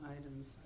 items